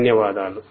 ధన్యవాదాలు